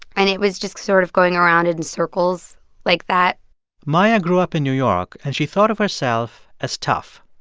and it was just sort of going around in circles like that maia grew up in new york, and she thought of herself as tough.